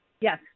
Yes